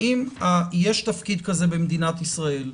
האם יש תפקיד כזה במדינת ישראל?